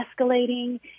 escalating